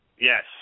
Yes